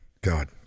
god